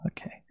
okay